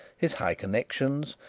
his high connections,